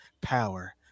power